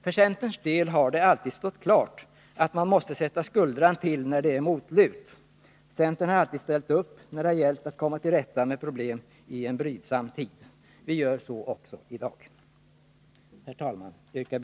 För centerns del har det alltid stått klart att man måste sätta skuldran till när det är motlut. Centern har alltid ställt upp när det gällt att komma till rätta med problem i en brydsam tid. Vi gör så också i dag. Herr talman!